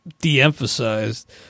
de-emphasized